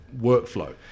workflow